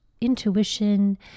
intuition